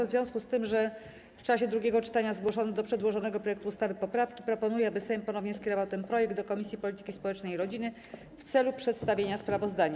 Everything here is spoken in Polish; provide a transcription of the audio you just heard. W związku z tym, że w czasie drugiego czytania zgłoszono do przedłożonego projektu ustawy poprawki, proponuję, aby Sejm ponownie skierował ten projekt do Komisji Polityki Społecznej i Rodziny w celu przedstawienia sprawozdania.